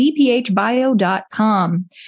dphbio.com